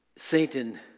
Satan